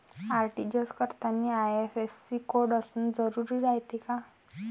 RTGS करतांनी IFSC code असन जरुरी रायते का?